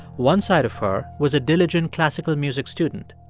one side of her was a diligent classical music student.